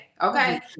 okay